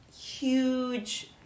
huge